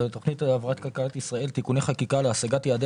הצעת חוק התכנית להבראת כלכלת ישראל (תיקוני חקיקה להשגת יעדי